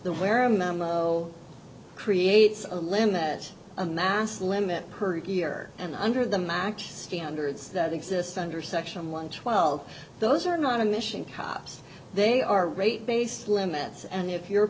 where a memo creates a limb that a mass limit per year and under the match standards that exist under section one twelve those are not a mission cops they are rate based limits and if your